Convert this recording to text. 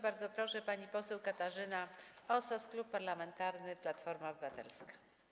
Bardzo proszę, pani poseł Katarzyna Osos, Klub Parlamentarny Platforma Obywatelska.